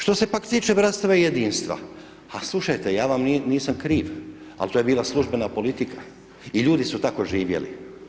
Što se pak tiče bratstva i jedinstva, a slušajte, ja vam nisam kriv ali to je bila službena politika i ljudi su tako živjeli.